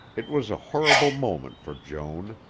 it was a horrible moment for joan.